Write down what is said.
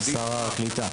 שר הקליטה.